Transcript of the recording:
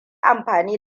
amfani